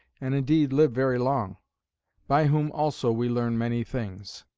and indeed live very long by whom also we learn many things.